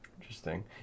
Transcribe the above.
Interesting